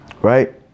right